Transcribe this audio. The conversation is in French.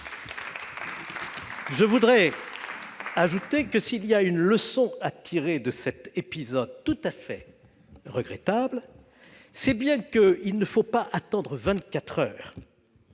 ! J'ajoute que s'il y a une leçon à tirer de cet épisode tout à fait regrettable, c'est bien qu'il ne faut pas attendre